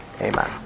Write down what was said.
amen